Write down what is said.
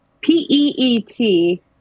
P-E-E-T